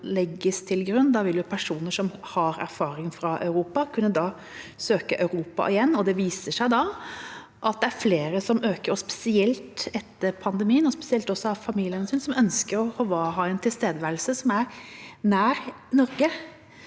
vil personer som har erfaring med Europa, kunne søke Europa igjen. Det viser seg at det er flere som søker dit, at man spesielt etter pandemien og også av familiehensyn ønsker å ha en tilstedeværelse nær Norge.